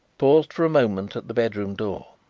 paused for a moment at the bedroom door,